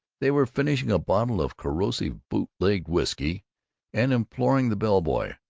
they were finishing a bottle of corrosive bootlegged whisky and imploring the bell-boy,